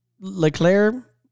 Leclaire